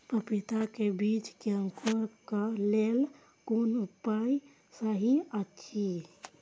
पपीता के बीज के अंकुरन क लेल कोन उपाय सहि अछि?